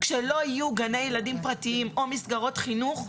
כשלא יהיו גני ילדים פרטיים או מסגרות חינוך,